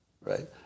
right